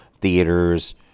theater's